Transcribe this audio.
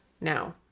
now